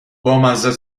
بامزه